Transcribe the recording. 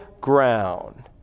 ground